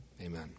amen